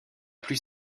plus